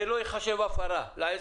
זה לא ייחשב הפרה לעסק,